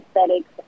aesthetics